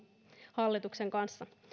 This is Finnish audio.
hallituksen kanssa